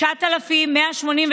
תודה רבה.